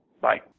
Bye